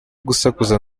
gusakuza